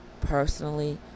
personally